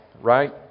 right